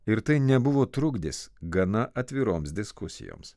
ir tai nebuvo trukdis gana atviroms diskusijoms